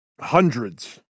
hundreds